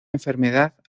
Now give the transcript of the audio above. enfermedad